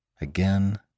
again